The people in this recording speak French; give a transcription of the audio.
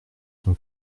son